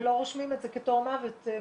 לא רושמים את זה את בתור מוות מסמים,